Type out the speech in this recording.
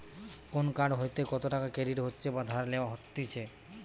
কোন কার্ড হইতে কত টাকা ক্রেডিট হচ্ছে বা ধার লেওয়া হতিছে